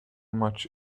much